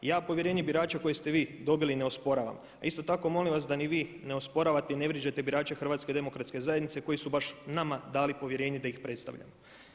Ja povjerenje birača koje ste vi dobili ne osporavam, a isto tako molim vas da ni vi ne osporavate ni vrijeđate birače HDZ-a koji su baš nama dali povjerenje da ih predstavljamo.